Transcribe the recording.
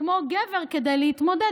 כמו גבר כדי להתמודד,